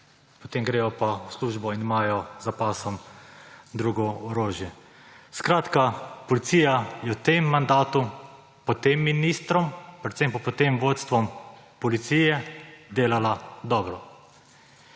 potem grejo pa v službo in imajo za pasom drugo orožje. Skratka, policija je v tem mandatu pod tem ministrom, predvsem pa pod tem vodstvom policije delala dobro.